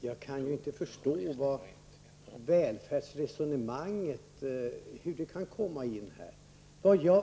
Herr talman! Jag kan inte förstå hur välfärdsresonemanget kan komma in här.